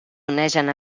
onegen